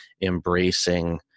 embracing